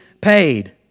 paid